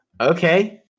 okay